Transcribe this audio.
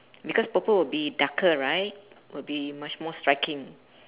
because purple will be darker right will be much more striking